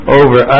over